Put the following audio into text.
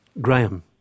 Graham